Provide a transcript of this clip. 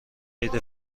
عید